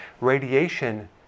Radiation